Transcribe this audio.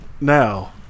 Now